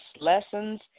lessons